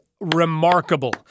remarkable